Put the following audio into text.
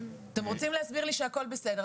אתם רוצים להסביר לי שהכל בסדר,